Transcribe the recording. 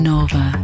Nova